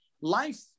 Life